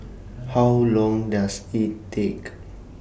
How Long Does IT